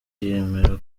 yemera